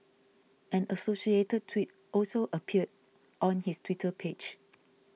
an associated tweet also appeared on his Twitter page